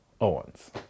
Owens